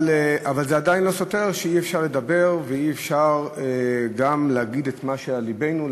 אבל זה עדיין לא סותר את זה שאפשר לדבר ואפשר גם להגיד את מה שעל לבנו.